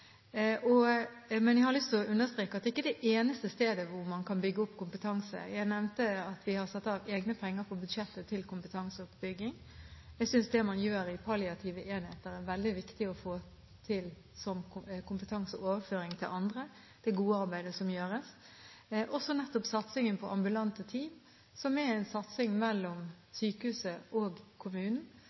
men jeg har lyst til å understreke at det er ikke det eneste stedet hvor man kan bygge opp kompetanse. Jeg nevnte at vi har satt av egne penger på budsjettet til kompetanseoppbygging. Jeg synes det er veldig viktig å få til en kompetanseoverføring til andre på bakgrunn av det gode arbeidet som gjøres i palliative enheter, og også satsingen på ambulante team, som er en satsing mellom sykehuset og kommunen,